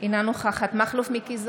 אינה נוכחת מכלוף מיקי זוהר,